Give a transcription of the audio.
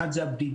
אחד זה הבדידות,